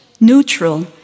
neutral